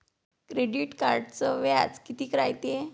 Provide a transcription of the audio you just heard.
Credit कार्डचं व्याज कितीक रायते?